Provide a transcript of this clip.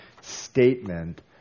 statement